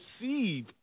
receive